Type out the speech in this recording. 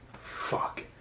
fuck